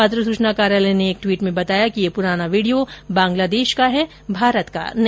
पत्र सूचना कार्यालय ने एक ट्वीट में बताया है कि यह पुराना वीडियो बंगलादेश का है भारत का नहीं